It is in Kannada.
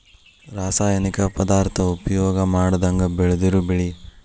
ರಾಸಾಯನಿಕ ಪದಾರ್ಥಾ ಉಪಯೋಗಾ ಮಾಡದಂಗ ಬೆಳದಿರು ಬೆಳಿ